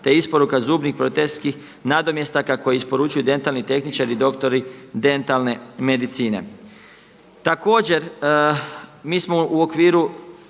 te isporuka zubnih proteski, nadomjestaka koje isporučuju dentalni tehničari i doktori dentalne medicine. Također, mi smo u okviru